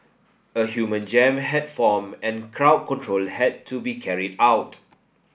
a human jam had formed and crowd control had to be carried out